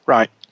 Right